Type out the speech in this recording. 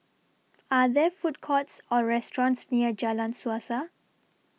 Are There Food Courts Or restaurants near Jalan Suasa